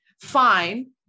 fine